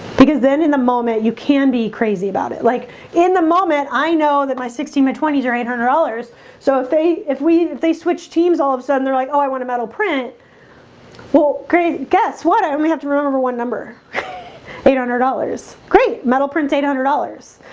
because then in the moment, you can be crazy about it like in the moment i know that my sixteen mid twenties or eight hundred dollars so if they if we they switch teams all of a sudden they're like, oh i want a metal print well, great. guess what? i'm gonna have to remember one number eight hundred dollars great metal print eight hundred dollars,